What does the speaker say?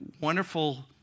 wonderful